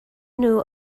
nhw